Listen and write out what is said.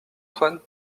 antoine